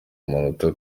amanota